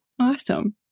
awesome